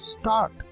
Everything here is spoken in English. start